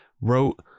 wrote